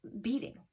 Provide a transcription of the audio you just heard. beating